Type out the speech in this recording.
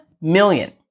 million